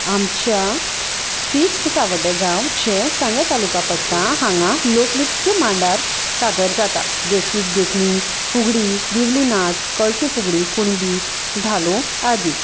आमच्या तिस्क सावड्डें गांव जें सांगें तालुका पडटा हांगा लोकनृत्य मांडार सादर जाता देखीक देखणी फुगडी दिवली नाच कळशी फुगडी कुणबी धालो आदी